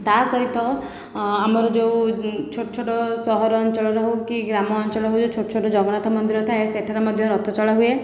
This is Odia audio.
ତା' ସହିତ ଆମର ଯେଉଁ ଛୋଟ ଛୋଟ ସହର ଅଞ୍ଚଳରେ ହେଉ କି ଗ୍ରାମ ଅଞ୍ଚଳ ହେଉ ଯେଉଁ ଛୋଟ ଛୋଟ ଜଗନ୍ନାଥ ମନ୍ଦିର ଥାଏ ସେଠାରେ ମଧ୍ୟ ରଥ ଚଳା ହୁଏ